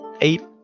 eight